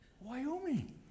Wyoming